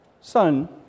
son